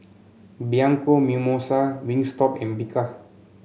Bianco Mimosa Wingstop and Bika